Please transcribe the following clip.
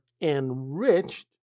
enriched